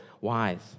wise